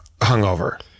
hungover